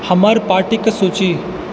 हमर पार्टीके सूची